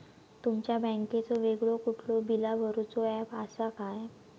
तुमच्या बँकेचो वेगळो कुठलो बिला भरूचो ऍप असा काय?